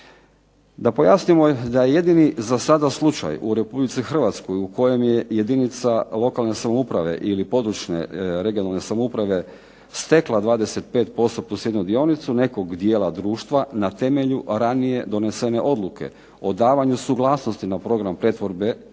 Da pojasnimo da je jedini za sada slučaj u Republici Hrvatskoj u kojem je jedinica lokalne samouprave ili područne (regionalne) samouprave stekla 25% plus jednu dionicu nekog dijela društva na temelju ranije donesene odluke o davanju suglasnosti na program pretvorbe i unosu